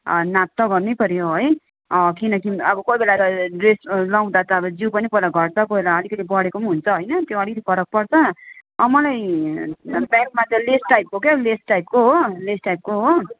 नाप त गर्नै पर्यो है किनकि अब कोही बेला ड्रेस लगाउँदा त अब जिउ पनि कोही बेला घट्छ कोही बेला अलिकति बढेको हुन्छ त्यो अलिकति फरक पर्छ मलाई ब्याकमा त लेस टाइपको क्या हो लेस टाइपको हो लेस टाइपको हो